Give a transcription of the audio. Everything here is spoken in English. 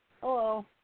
Hello